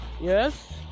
yes